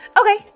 Okay